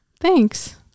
Thanks